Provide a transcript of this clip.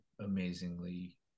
amazingly